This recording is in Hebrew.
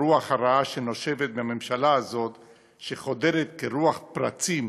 הרוח הרעה שנושבת בממשלה הזאת וחודרת כרוח פרצים